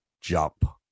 jump